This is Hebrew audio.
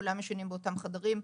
כולם ישנים באותם חדרים,